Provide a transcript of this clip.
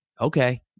okay